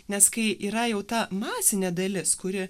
nes kai yra jau ta masinė dalis kuri